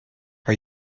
are